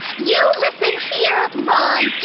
you listen here, ronda,